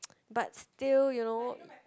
but still you know